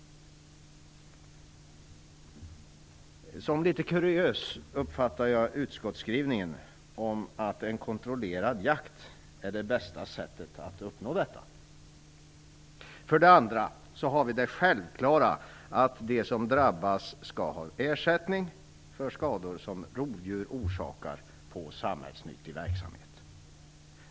Jag uppfattar utskottsskrivningen om att en kontrollerad jakt är det bästa sättet att uppnå detta som litet kuriös. För det andra har vi det självklara att de som drabbas skall ha ersättning för skador som rovdjur orsakar på samhällsnyttig verksamhet.